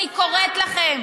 אני קוראת לכם,